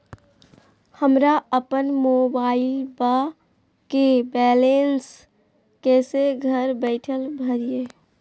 हमरा अपन मोबाइलबा के बैलेंस कैसे घर बैठल भरिए?